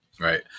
Right